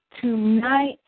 tonight